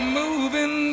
moving